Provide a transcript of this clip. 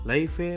Life